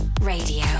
Radio